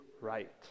right